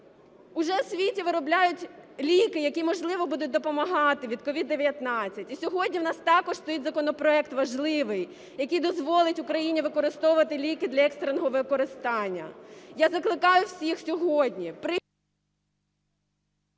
Уже в світі виробляють ліки, які, можливо, будуть допомагати від COVID-19. І сьогодні в нас також стоїть законопроект важливий, який дозволить Україні використовувати ліки для екстреного використання. Я закликаю всіх сьогодні…